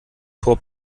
tor